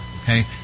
Okay